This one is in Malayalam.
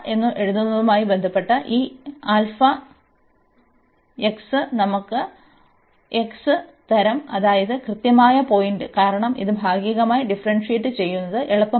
എന്നതുമായി ബന്ധപ്പെട്ട ഈ αx നമുക്ക് x തരും അതാണ് കൃത്യമായ പോയിന്റ് കാരണം ഇത് ഭാഗികമായി ഡിഫറെന്സിയേറ്റ് ചെയ്യുന്നത് എളുപ്പമല്ല